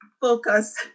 focus